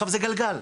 מדובר בגלגל.